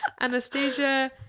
Anastasia